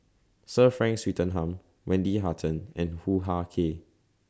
Sir Frank Swettenham Wendy Hutton and Hoo Ah Kay